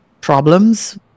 problems